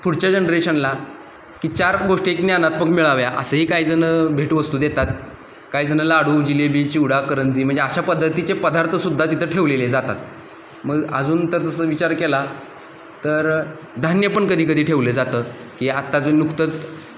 पुढच्या जनरेशनला की चार गोष्टी एक ज्ञानात्मक मिळाव्या असंही काहीजणं भेटवस्तू देतात काहीजणं लाडू जिलेबी चिवडा करंजी म्हणजे अशा पद्धतीचे पदार्थसुद्धा तिथं ठेवलेले जातात मग अजून तर जसं विचार केला तर धान्य पण कधी कधी ठेवलं जातं की आत्ता जे नुकतंच